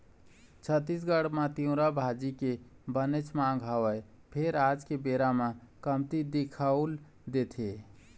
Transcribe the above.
छत्तीसगढ़ म तिंवरा भाजी के बनेच मांग हवय फेर आज के बेरा म कमती दिखउल देथे